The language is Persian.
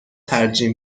ترجیح